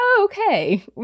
okay